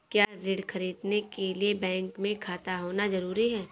क्या ऋण ख़रीदने के लिए बैंक में खाता होना जरूरी है?